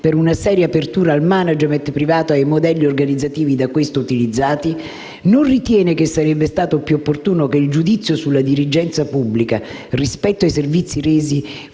per una seria apertura al *management* privato e ai modelli organizzativi da questo utilizzati; se non ritiene che sarebbe stato più opportuno che il giudizio sulla dirigenza pubblica, rispetto ai servizi resi,